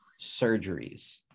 surgeries